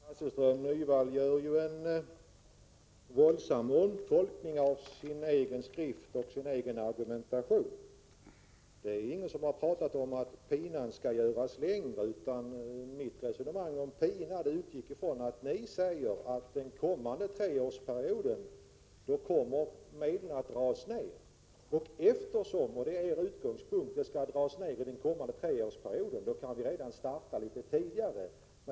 Herr talman! Ingrid Hasselström Nyvall gör en våldsam omtolkning av sin egen skrift och sin egen argumentation. Det är ingen som har talat om att pinan skall göras längre. I mitt resonemang om pina utgick jag från att ni säger att medlen skall dras ner den kommande treårsperioden och att minskningen därför kan starta litet tidigare.